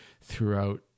throughout